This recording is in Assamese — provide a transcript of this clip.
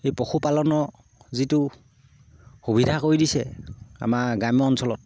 এই পশুপালনৰ যিটো সুবিধা কৰি দিছে আমাৰ গ্ৰাম্য অঞ্চলত